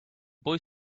boy